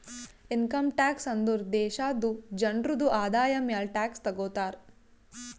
income tax ಅಂದುರ್ ದೇಶಾದು ಜನ್ರುದು ಆದಾಯ ಮ್ಯಾಲ ಟ್ಯಾಕ್ಸ್ ತಗೊತಾರ್